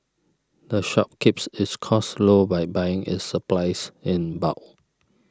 the shop keeps its costs low by buying its supplies in bulk